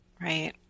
Right